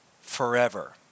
forever